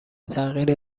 تغییر